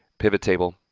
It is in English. pivot table,